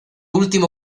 último